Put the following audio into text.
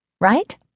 right